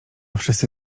wszyscy